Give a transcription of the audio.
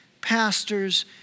pastors